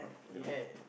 ya